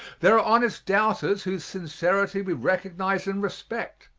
there are honest doubters whose sincerity we recognize and respect,